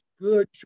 good